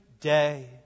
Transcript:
day